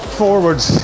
forwards